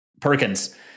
Perkins